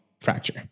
fracture